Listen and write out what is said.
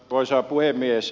arvoisa puhemies